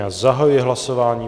Já zahajuji hlasování.